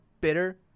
bitter